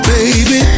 Baby